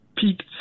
peaked